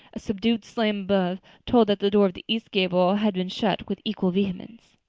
a subdued slam above told that the door of the east gable had been shut with equal vehemence.